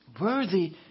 Worthy